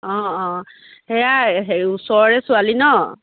অঁ অঁ সেয়াই সেই ওচৰৰে ছোৱালী ন